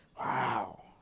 Wow